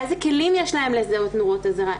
איזה כלים יש להם לזהות נורות אזהרה?